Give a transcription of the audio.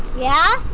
yeah?